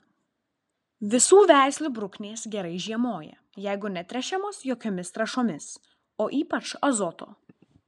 visų veislių bruknės gerai žiemoja jeigu netręšiamos jokiomis trąšomis o ypač azoto